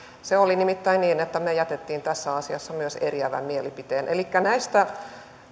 se oli nimittäin niin että me jätimme tässä asiassa myös eriävän mielipiteen näistä